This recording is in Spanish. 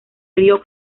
río